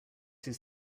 his